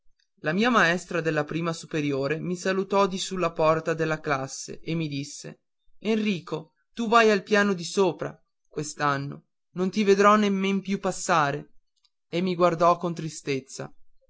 la mia maestra della prima superiore mi salutò di sulla porta della classe e mi disse enrico tu vai al piano di sopra quest'anno non ti vedrò nemmen più passare e mi guardò con tristezza